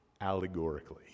allegorically